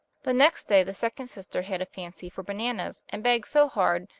the next day the second sister had a fancy for bananas and begged so hard,